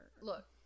Look